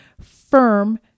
firm